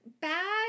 bad